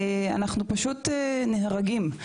אנחנו פשוט נהרגים.